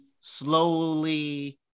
slowly